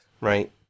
right